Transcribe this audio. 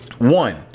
One